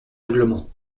règlement